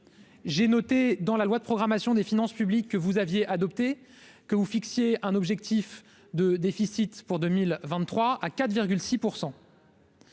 j'ai noté dans la loi de programmation des finances publiques que vous aviez adopté que vous fixez un objectif de déficit pour 2023 à 4 6